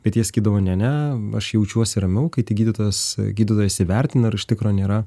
bet jie sakydavo ne ne aš jaučiuosi ramiau kai tik gydytojas gydytojas įvertina ar iš tikro nėra